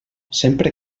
sempre